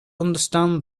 understand